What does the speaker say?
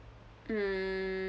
mm